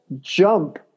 jump